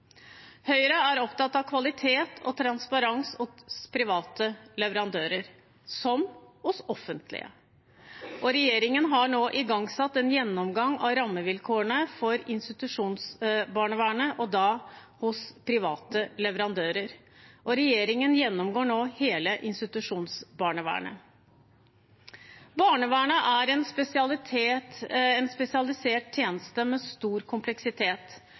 Høyre er opptatt av kvalitet og transparens hos private leverandører – som hos offentlige. Regjeringen har nå igangsatt en gjennomgang av rammevilkårene for institusjonsbarnevernet hos private leverandører. Regjeringen gjennomgår nå hele institusjonsbarnevernet. Barnevernet er en spesialisert tjeneste med stor kompleksitet.